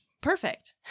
Perfect